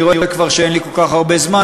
אני רואה כבר שאין לי כל כך הרבה זמן,